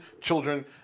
children